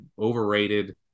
overrated